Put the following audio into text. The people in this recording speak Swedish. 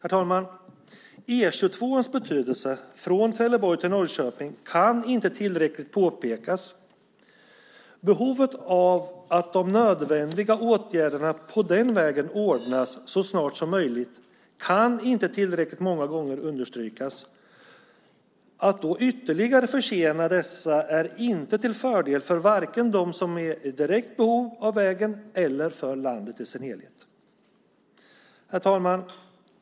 E 22:ans betydelse, från Trelleborg till Norrköping, kan inte tillräckligt påpekas. Behovet av att de nödvändiga åtgärderna på denna väg vidtas så snart som möjligt kan inte tillräckligt många gånger understrykas. Att då ytterligare försena dessa är inte till fördel vare sig för dem som är i direkt behov av vägen eller för landet i sin helhet.